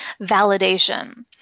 validation